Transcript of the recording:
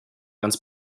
ganz